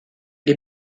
les